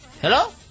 Hello